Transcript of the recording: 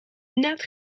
net